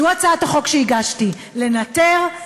זו הצעת החוק שהגשתי: לנטר,